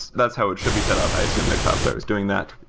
that's how it should be setup. i assume that cloudflare is doing that.